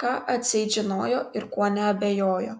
ką atseit žinojo ir kuo neabejojo